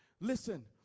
Listen